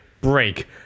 Break